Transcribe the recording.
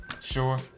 Sure